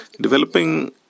Developing